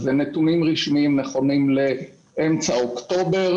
אלה נתונים רשמיים שנכונים לאמצע אוקטובר.